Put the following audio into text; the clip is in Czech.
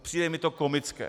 Přijde mi to komické.